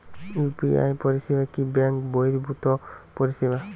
UPI পরিসেবা কি bank বর্হিভুত পরিসেবা?